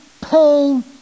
pain